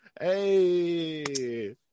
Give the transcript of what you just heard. Hey